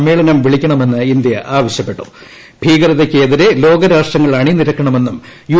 സമ്മേളനം വിളിക്കണമെന്ന് ഇന്ത്യ ഭീകരതയ്ക്കെതിരെ ലോകരാഷ്ട്രങ്ങൾ അണിനിരക്കണമെന്നും യു